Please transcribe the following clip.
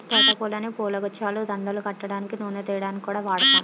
తోట పూలని పూలగుచ్చాలు, దండలు కట్టడానికి, నూనె తియ్యడానికి కూడా వాడుతాం